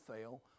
fail